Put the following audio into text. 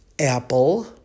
Apple